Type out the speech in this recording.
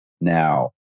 now